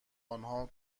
آنها